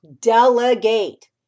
delegate